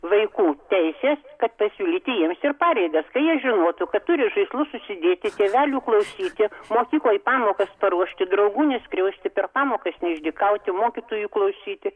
vaikų teisės kad pasiūlyti jiems ir pareigas kai jie žinotų kad turiu žaislus susidėti tėvelių klausyti kiek mokykloj pamokas paruošti draugų neskriausti per pamokas neišdykauti mokytojų klausyti